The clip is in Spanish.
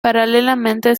paralelamente